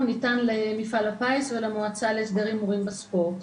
ניתן למפעל הפיס ולמועצה להסדר הימורים בספורט,